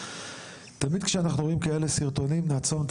תמיד כשאנחנו רואים כאלו סרטונים נעצום את